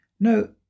No